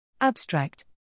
Abstract